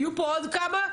יהיו פה עוד כמה,